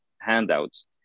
handouts